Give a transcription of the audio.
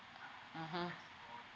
mmhmm